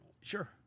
Sure